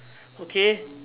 okay